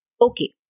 Okay